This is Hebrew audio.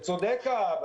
צודק האבא,